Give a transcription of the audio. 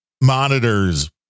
monitors